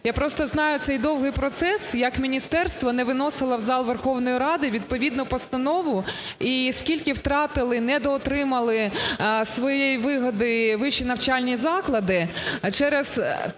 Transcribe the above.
я просто знаю цей довгий процес, як міністерство не виносило в зал Верховної Ради відповідну постанову і скільки втратили, недоотримали своєї вигоди вищі навчальні заклади через